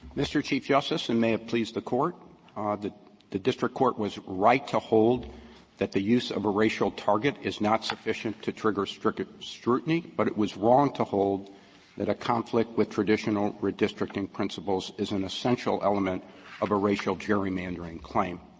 mr. chief justice, and may it please the court the the district court was right to hold that the use of a racial target is not sufficient to trigger strict scrutiny, but it was wrong to hold that a conflict with traditional redistricting principles is an essential element of a racial gerrymandering claim.